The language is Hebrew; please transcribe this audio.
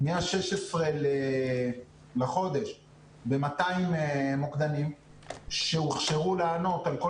מה-16 בחודש ב-200 מוקדנים שהוכשרו לענות על כל